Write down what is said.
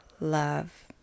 love